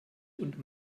und